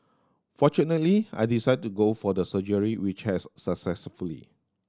fortunately I decided to go for the surgery which has successfully